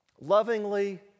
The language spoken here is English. lovingly